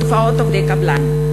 תופעת עובדי קבלן,